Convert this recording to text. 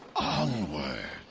on the one